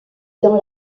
dans